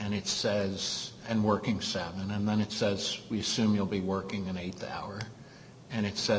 and it says and working seven and then it says we soon you'll be working an eight hour and it says